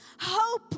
hope